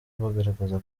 bagaragaza